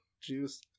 Juice